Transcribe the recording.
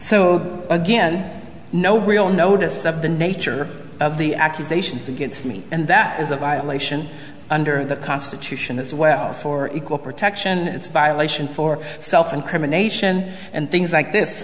so again no real notice of the nature of the accusations against me and that is a violation under the constitution as well for equal protection it's violation for self incrimination and things like